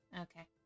Okay